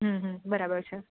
હ હ બરાબર છે